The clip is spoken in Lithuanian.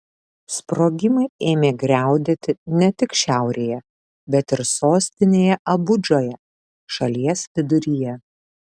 sprogimai ėmė griaudėti ne tik šiaurėje bet ir sostinėje abudžoje šalies viduryje